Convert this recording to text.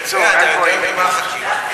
בקיצור, אתה יודע על מה החקירה?